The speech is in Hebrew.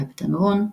בהפטמרון,